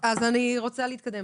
נעה, אני רוצה להתקדם